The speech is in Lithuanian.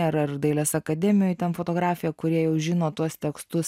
ar dailės akademijoje ten fotografija kurie jau žino tuos tekstus